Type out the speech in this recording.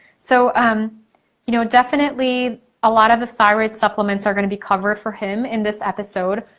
so um you know definitely a lot of the thyroid supplements are gonna be covered for him in this episode.